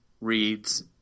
reads